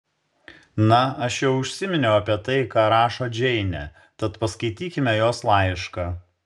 na aš jau užsiminiau apie tai ką rašo džeinė tad paskaitykime jos laišką